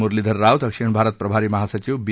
मुरलीधर राव दक्षिण भारत प्रभारी महासचिव बी